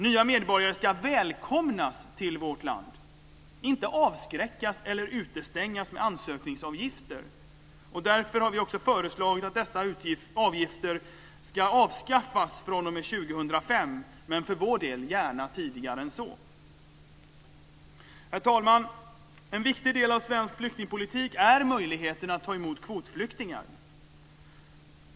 Nya medborgare ska välkomnas till vårt land, inte avskräckas eller utestängas med ansökningsavgifter, och därför har vi också föreslagit att dessa avgifter ska avskaffas fr.o.m. 2005, men för vår del gärna tidigare än så. Herr talman! En viktig del av svensk flyktingpolitik är möjligheten att ta emot kvotflyktingar.